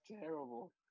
terrible